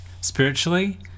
spiritually